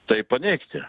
tai paneigti